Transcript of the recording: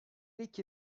iki